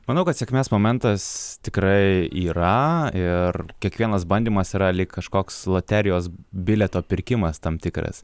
manau kad sėkmės momentas tikrai yra ir kiekvienas bandymas yra lyg kažkoks loterijos bilieto pirkimas tam tikras